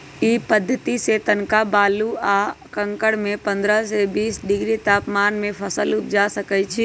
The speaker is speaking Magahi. इ पद्धतिसे तनका बालू आ कंकरमें पंडह से बीस डिग्री तापमान में फसल उपजा सकइछि